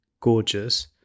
gorgeous